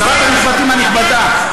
שרת המשפטים הנכבדה,